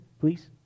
Please